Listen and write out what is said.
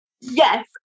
Yes